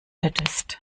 hättest